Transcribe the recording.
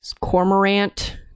cormorant